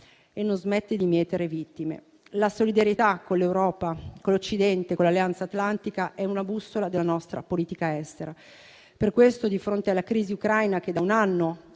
non smette di mietere vittime. La solidarietà con l'Europa, con l'Occidente e con l'Alleanza atlantica è una bussola della nostra politica estera. Per questo di fronte alla crisi ucraina, che da un anno